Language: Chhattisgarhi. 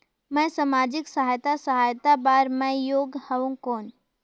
मैं समाजिक सहायता सहायता बार मैं योग हवं कौन?